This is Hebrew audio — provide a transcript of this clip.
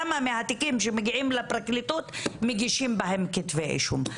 כמה מהתיקים שמגיעים לפרקליטות מגישים בהם כתבי אישום.